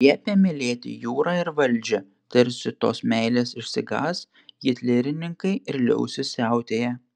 liepė mylėti jūrą ir valdžią tarsi tos meilės išsigąs hitlerininkai ir liausis siautėję